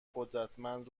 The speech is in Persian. قدرتمند